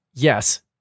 Yes